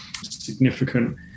significant